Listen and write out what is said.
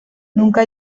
nunca